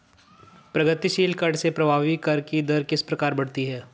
प्रगतिशील कर से प्रभावी कर की दर किस प्रकार बढ़ती है?